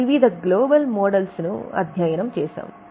వివిధ గ్లోబల్ మోడళ్లను అధ్యయనం చేసాము